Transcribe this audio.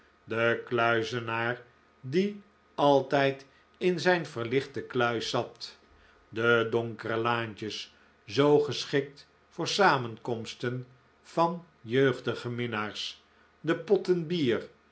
de kluizenaar die altijd in zijn verlichte kluis zat de donkere laantjes zoo geschikt voor samenkomsten van jeugdige minnaars de